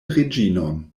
reĝinon